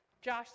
Josh